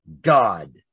God